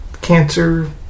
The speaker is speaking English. cancer